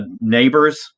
neighbors